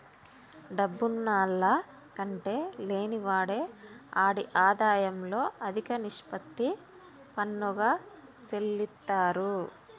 డబ్బున్నాల్ల కంటే లేనివాడే ఆడి ఆదాయంలో అదిక నిష్పత్తి పన్నుగా సెల్లిత్తారు